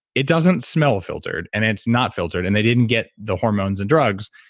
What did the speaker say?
it doesn't smell filtered, and it's not filtered. and they didn't get the hormones and drugs.